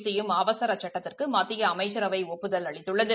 செய்யும் அவசர சுட்டத்திற்கு மத்திய அமைச்சரவை ஒப்புதல் அளித்துள்ளது